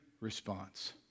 response